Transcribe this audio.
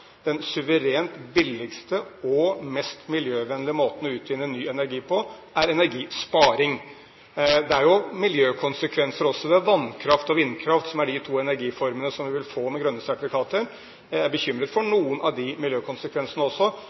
Den suverent billigste og mest miljøvennlige måten å utvinne ny energi på er energisparing. Det er jo miljøkonsekvenser også ved vannkraft og vindkraft, som er de to energiformene vi vil få med grønne sertifikater. Jeg er bekymret også for noen av de miljøkonsekvensene.